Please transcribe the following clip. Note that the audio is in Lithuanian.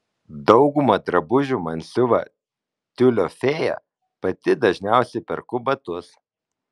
daugumą drabužių man siuva tiulio fėja pati dažniausiai perku batus